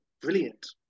brilliant